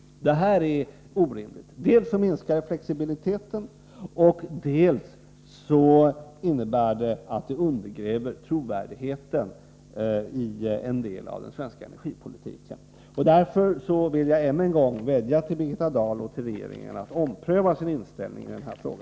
Detta är orimligt. Dels minskar det flexibiliteten, dels innebär det att det undergräver trovärdigheten i en del av den svenska energipolitiken. Därför vill jag än en gång vädja till Birgitta Dahl och regeringen att ompröva sin inställning i denna fråga.